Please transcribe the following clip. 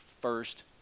first